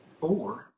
four